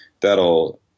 that'll